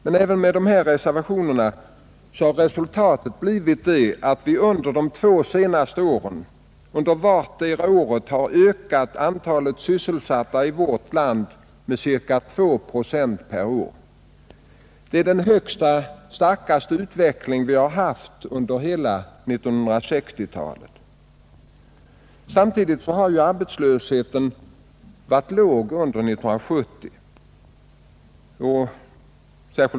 Men även om jag måste göra dessa reservationer blir resultatet, att antalet sysselsatta i vårt land under de senaste två åren har ökat med ca 2 procent per år. Det är den starkaste utveckling vi haft under hela 1960-talet. Samtidigt har arbetslösheten varit låg under år 1970.